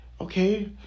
Okay